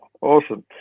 Awesome